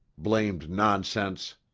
blamed nonsense!